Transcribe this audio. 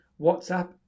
WhatsApp